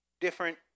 different